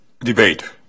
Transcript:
debate